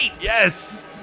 Yes